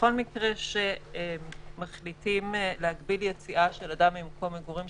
בכל מקרה שמחליטים להגביל יציאה של אדם ממקום מגורים,